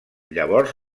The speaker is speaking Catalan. llavors